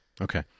Okay